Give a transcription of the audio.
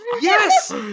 yes